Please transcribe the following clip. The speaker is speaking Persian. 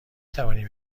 توانیم